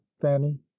fanny